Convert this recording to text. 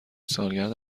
سالگرد